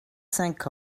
cinq